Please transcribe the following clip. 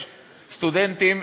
יש סטודנטים,